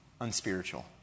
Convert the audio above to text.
unspiritual